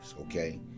Okay